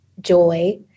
joy